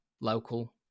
local